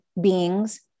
beings